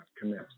commit